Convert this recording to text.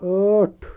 ٲٹھ